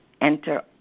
enter